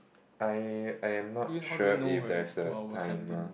I I am not sure if there's a timer